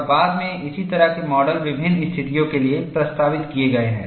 और बाद में इसी तरह के मॉडल विभिन्न स्थितियों के लिए प्रस्तावित किए गए हैं